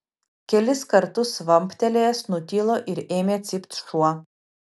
kelis kartus vamptelėjęs nutilo ir ėmė cypt šuo